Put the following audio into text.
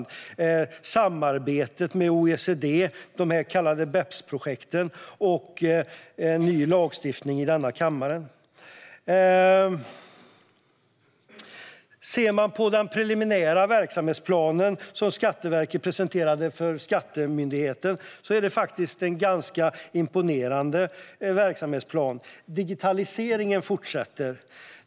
Det gäller samarbetet med OECD, de så kallade BEPS-projekten och en ny lagstiftning i denna kammare. Den preliminära verksamhetsplan som Skatteverket har presenterat för skatteutskottet är ganska imponerande. Digitaliseringen fortsätter.